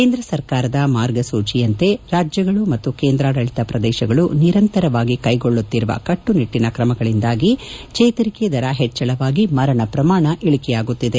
ಕೇಂದ್ರ ಸರ್ಕಾರದ ಮಾರ್ಗಸೂಚಿಯಂತೆ ರಾಜ್ಯಗಳು ಮತ್ತು ಕೇಂದ್ರಾಡಳಿತ ಪ್ರದೇಶಗಳು ನಿರಂತರವಾಗಿ ಕೈಗೊಳ್ಳುತ್ತಿರುವ ಕಟ್ಟು ನಿಟ್ಟಿನ ಕ್ರಮಗಳಿಂದಾಗಿ ಚೇತರಿಕೆ ದರ ಹೆಚ್ಚಳವಾಗಿ ಮರಣ ಪ್ರಮಾಣ ಇಳಿಕೆಯಾಗುತ್ತಿದೆ